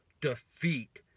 defeat